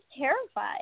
terrified